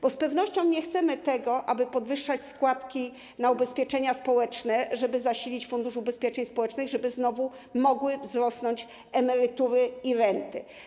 Bo z pewnością nie chcemy podwyższać składek na ubezpieczenia społeczne, żeby zasilić Fundusz Ubezpieczeń Społecznych, żeby znowu mogły wzrosnąć emerytury i renty.